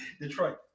Detroit